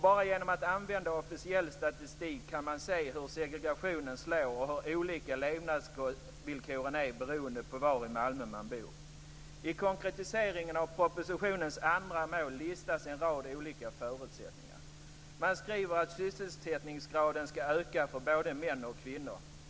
Bara genom att använda officiell statistik kan man se hur segregationen slår och hur olika levnadsvillkoren är beroende på var i Malmö man bor. I konkretiseringen av propositionens andra mål listas en rad olika förutsättningar. Man skriver att sysselsättningsgraden skall öka för både män och kvinnor.